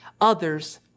Others